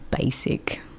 basic